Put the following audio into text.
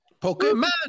Pokemon